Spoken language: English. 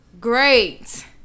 Great